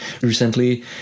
recently